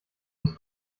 uns